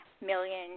million